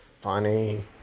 funny